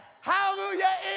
hallelujah